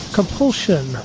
Compulsion